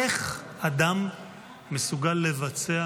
איך אדם מסוגל לבצע